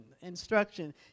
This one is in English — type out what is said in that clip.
instruction